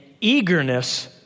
eagerness